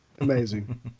amazing